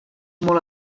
molt